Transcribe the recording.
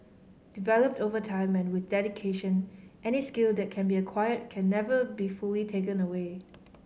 developed over time and with dedication any skill that can be acquired can never be fully taken away